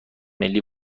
ملی